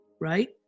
right